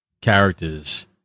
characters